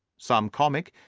some comic,